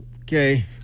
Okay